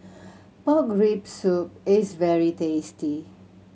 pork rib soup is very tasty